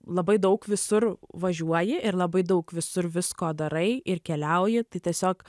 labai daug visur važiuoji ir labai daug visur visko darai ir keliauji tai tiesiog